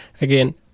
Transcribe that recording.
Again